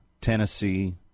Tennessee